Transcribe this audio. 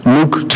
Luke